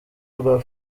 rwa